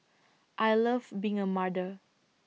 I love being A mother